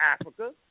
Africa